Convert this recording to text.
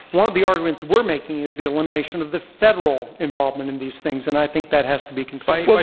one of the arguments we're making is the elimination of the federal involvement in these things. and i thi nk that has to be considered.